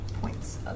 Points